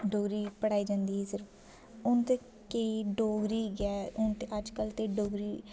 डोगरी पढ़ाई जंदी सिर्फ हून ते केईं डोगरी गै हून ते अज्जकल ते डोगरी